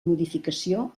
modificació